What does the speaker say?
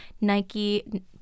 Nike